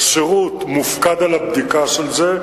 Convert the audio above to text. היחידה הטכנית של השירות מופקדת על הבדיקה של זה.